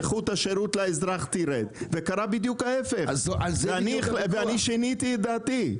איכות השירות לאזרח תרד וקרה בדיוק ההפך ואני שיניתי את דעתי.